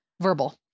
verbal